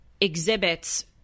exhibits